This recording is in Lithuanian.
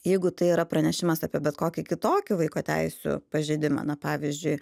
jeigu tai yra pranešimas apie bet kokį kitokį vaiko teisių pažeidimą na pavyzdžiui